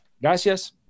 Gracias